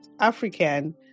African